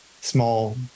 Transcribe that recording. small